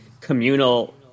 communal